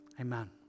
amen